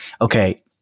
Okay